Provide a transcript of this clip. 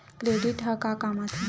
Credit ह का काम आथे?